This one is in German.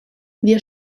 wir